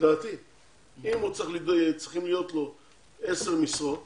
אם צריכים להיות לו עשר משרות